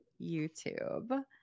YouTube